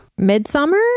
Midsummer